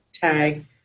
tag